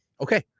Okay